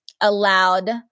allowed